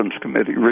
Committee